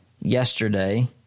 yesterday